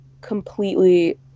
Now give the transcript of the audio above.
completely